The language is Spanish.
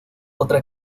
otra